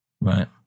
Right